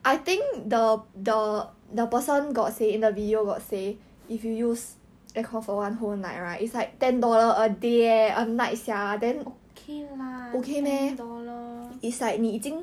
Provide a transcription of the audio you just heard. okay lah ten dollar